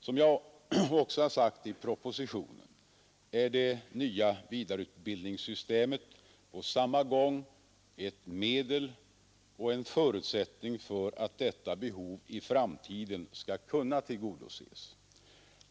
Som jag också har sagt i propositionen är det nya vidareutbildningssystemet på samma gång ett medel och en förutsättning för att detta behov i framtiden skall kunna tillgodoses.